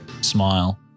smile